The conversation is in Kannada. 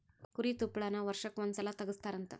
ಕುರಿ ತುಪ್ಪಳಾನ ವರ್ಷಕ್ಕ ಒಂದ ಸಲಾ ತಗಸತಾರಂತ